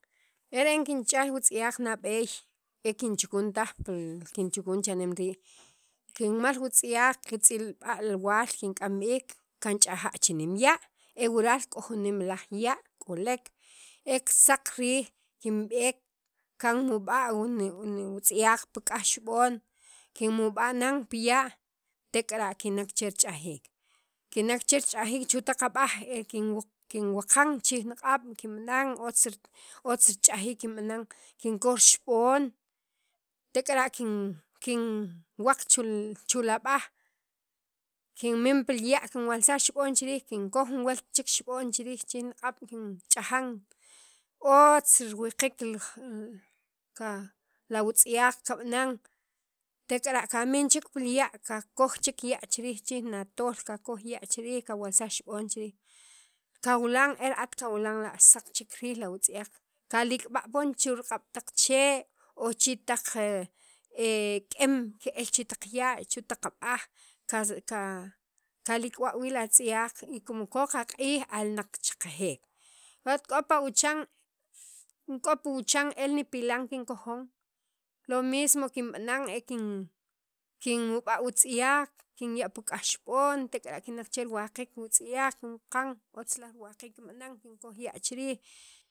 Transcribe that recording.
e re'en kinch'aj wutz'yaq nab'eey e kenchukun taj pi kinchukun cha'nem rii' kinmal wutz'yaq kitz'ilb'a' waal kink'am b'iik kinchaja' chi' nem ya' e wural k'o jun nemalaj ya' k'olek e saq riij kinb'eek kan mub'a' niwutz'yaq pi k'aj xib'on kinmub'a' nan pi ya' tek'ara' kinak che rich'ajiik, kinak che rich'ajiik chu taq ab'aj, e kin kinwaqan chi riij ni q'ab' kinb'anan otz rich'ajiik kinkoj rixib'on tek'ara' kin kin waq chu' chu' la b'aj kinmin pil ya' kinwalsaj xib'on chi riij kinkoj jun welt che chi riij niq'ab' kinch'ajan ozt riwuqiik kin ka awutz'yaq kab'anan tek'ara' kamin chek pi ya' kakoj chek ya' chiriij rik'in jun atol kakoj ya' chi riij chi riij kawalsaj xib'on chi riij kawilan era'at kawilan la' saq chek riij lawutz'yaq kalik'b'a poon chu riq'ab' taq chee' o chi' taq k'eem ke'el chi' taq ya' chu' taq ab'aj qa qa kalik'b'a' wii' la wutz'yaq y rimal k'o qaq'iij alnaq kicheqejek wa at k'o pawuchan k'o pi wuchan el nipilan kinkojon lo mismo kinb'anan kinmub'a' wutz'yaq kinya' pi k'aj xib'on wutz'iyaq kinwuqan ota laj riwaqiik kinb'anan.